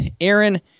Aaron